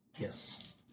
Yes